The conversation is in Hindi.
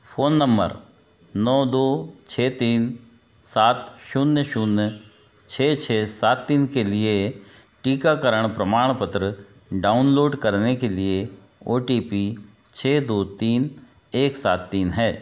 फ़ोन नम्बर नौ दो छे तीन सात शून्य शून्य छः छः सात तीन के लिए टीकाकरण प्रमाणपत्र डाउनलोड करने के लिए ओ टी पी छः दो तीन एक सात तीन है